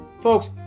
Folks